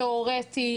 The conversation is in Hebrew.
תיאורטי,